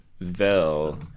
Vel